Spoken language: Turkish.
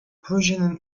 projenin